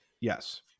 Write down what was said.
Yes